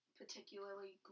particularly